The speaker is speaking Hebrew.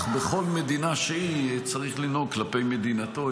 בכל מדינה שהיא צריך לנהוג כלפי מדינתו.